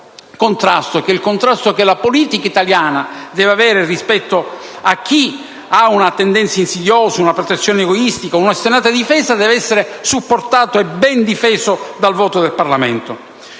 il contrasto, che la politica italiana deve avere rispetto a chi ha una tendenza insidiosa, una posizione egoistica e una ostinata difesa deve essere supportato e ben difeso dal voto del Parlamento.